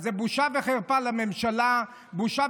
אז זו בושה וחרפה לממשלה,